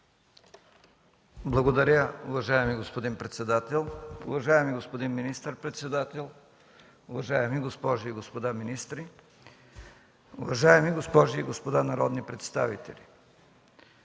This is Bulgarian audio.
Благодаря, уважаеми господин председател. Уважаеми господин министър-председател, уважаеми госпожи и господа министри, уважаеми госпожи и господа народни представители!